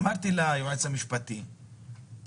אמרתי ליועץ המשפטי לממשלה: